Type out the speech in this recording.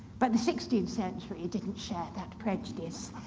but the sixteenth century didn't share that prejudice.